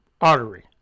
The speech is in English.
Artery